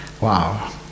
Wow